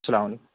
اسلام علیکم